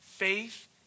Faith